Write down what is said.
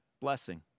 blessing